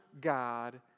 God